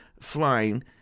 flying